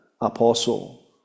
apostle